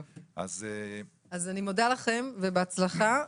אני מודה לכם ובהצלחה.